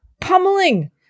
pummeling